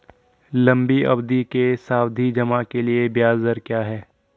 लंबी अवधि के सावधि जमा के लिए ब्याज दर क्या है?